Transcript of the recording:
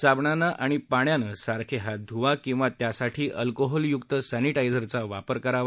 साबणानं आणि पाण्यानं सारखे हात धुवा किवा त्यासाठी अल्कोहोलयुक सॅनिटाइझरचा वापर करावा